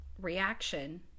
reaction